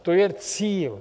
To je cíl.